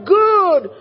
good